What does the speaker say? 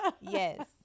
yes